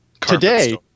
Today